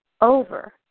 over